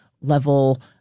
level